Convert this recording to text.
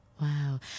Wow